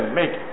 make